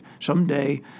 someday